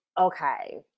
okay